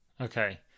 Okay